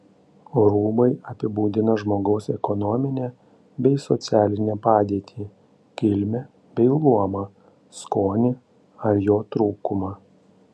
rūbai apibūdina žmogaus ekonominę bei socialinę padėtį kilmę bei luomą skonį ar jo trūkumą